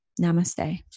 Namaste